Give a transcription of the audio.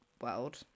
world